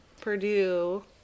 Purdue